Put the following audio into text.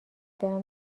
برم